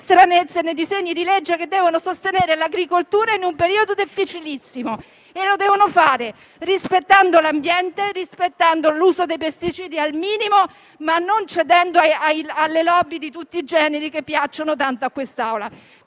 stranezze nei disegni di legge che devono sostenere l'agricoltura in un periodo difficilissimo e lo devono fare rispettando l'ambiente, riducendo al minimo l'uso dei pesticidi, ma non cedendo alle *lobby* di tutti i generi che piacciono tanto a quest'Assemblea.